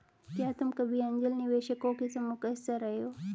क्या तुम कभी ऐन्जल निवेशकों के समूह का हिस्सा रहे हो?